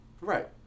Right